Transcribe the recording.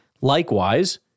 Likewise